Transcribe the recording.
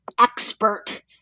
expert